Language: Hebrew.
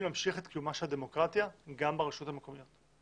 להמשיך את קיומה של הדמוקרטיה גם ברשויות המקומיות.